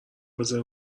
بزاری